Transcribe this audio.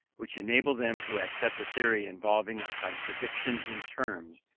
which enable them to accept a theory involving a contradiction in terms,